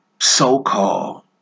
so-called